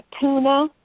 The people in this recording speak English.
tuna